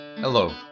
Hello